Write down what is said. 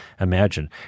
imagine